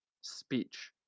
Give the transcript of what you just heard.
speech